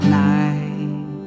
night